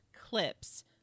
clips